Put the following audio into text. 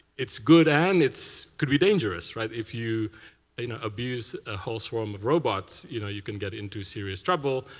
it's good and it could be dangerous. right? if you you know abuse a whole warm of robots, you know you can get into serious trouble,